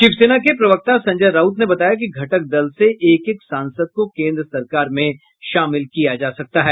शिवसेना के प्रवक्ता संजय राउत ने बताया कि घटक दल से एक एक सांसद को केन्द्र सरकार में शामिल किया जा सकता है